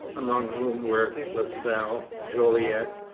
among whom were la salle, jolliet,